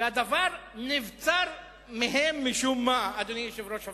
והדבר נבצר מהם משום מה, אדוני יושב-ראש הוועדה.